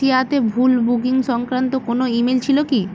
ভুল বুকিং সংক্রান্ত কোনও ইমেল ছিলো কি